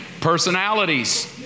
Personalities